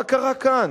מה קרה כאן?